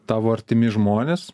tavo artimi žmonės